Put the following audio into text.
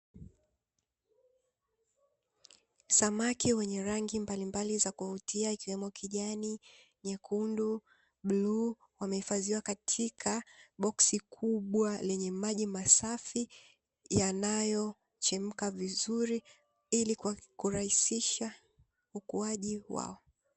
Samaki wenye rangi mbalimbali za kuvutia ikiwemo kijani, nyekundu na bluu wamehifadhiwa katika boksi kubwa lenye maji masafi yanayochemka vizuri ili kurahisisha ukuaji wao.